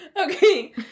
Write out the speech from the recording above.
Okay